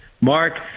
Mark